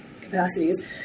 capacities